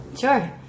Sure